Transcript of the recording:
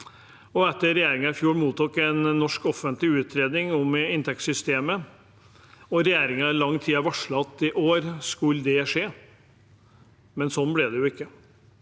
og etter at regjeringen i fjor mottok en norsk offentlig utredning om inntektssystemet, og regjeringen i lang tid har varslet at det skulle skje i år, ble det jo ikke